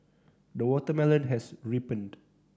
the watermelon has ripened